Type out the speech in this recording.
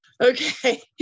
okay